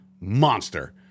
monster